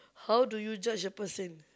how do you judge a person